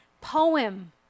poem